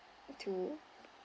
to